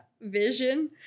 vision